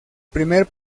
primer